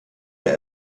der